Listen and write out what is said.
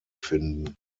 finden